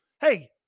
hey